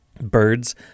Birds